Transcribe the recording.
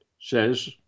says